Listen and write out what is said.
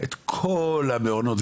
את כל המעונות,